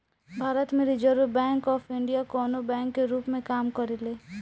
भारत में reserve bank of India कवनो bank के रूप में काम करेले